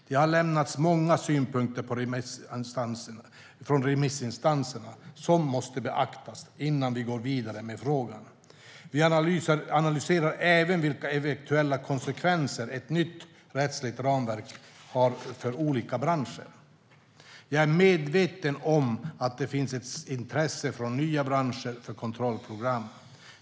Det har lämnats många synpunkter från remissinstanserna som måste beaktas innan vi går vidare med frågan. Vi analyserar även vilka eventuella konsekvenser ett nytt rättsligt ramverk har för olika branscher. Jag är medveten om att det finns ett intresse från nya branscher för kontrollprogram.